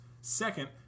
Second